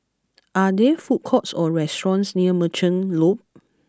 are there food courts or restaurants near Merchant Loop